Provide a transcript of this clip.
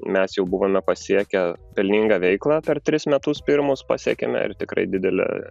mes jau buvome pasiekę pelningą veiklą per tris metus pirmus pasiekėme ir tikrai didelę